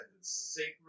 sacred